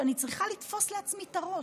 שאני צריכה לתפוס לעצמי את הראש.